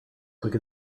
quick